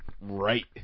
right